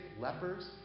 lepers